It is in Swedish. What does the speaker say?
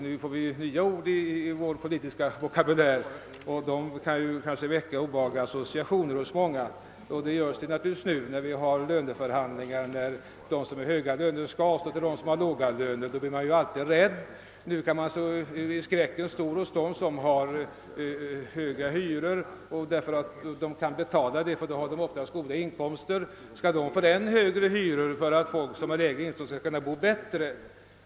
Nu får vi nya ord i vår politiska vokabulär, som kan väcka obehagliga associationer hos många, och det inträffar naturligtvis nu när löneförhandlingar pågår och de som har höga löner skall avstå till dem som har låga löner. Nu är skräcken stor hos dem som har hög hyra och kan betala den, därför att de oftast har hög inkomst. Skall de betala än högre hyror för att folk som har lägre inkomst skall få det bättre?